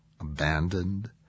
abandoned